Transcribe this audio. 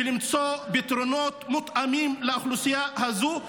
ולמצוא פתרונות מותאמים לאוכלוסייה הזו.